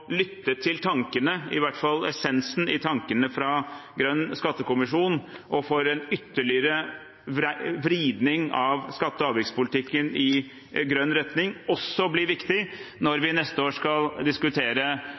lytte til tankene – i hvert fall essensen – fra Grønn skattekommisjon om en ytterligere vridning av skatte- og avgiftspolitikken i grønn retning, også blir viktige når vi neste år skal diskutere